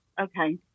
okay